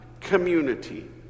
community